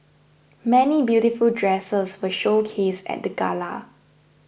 many beautiful dresses were showcased at the gala